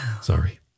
Sorry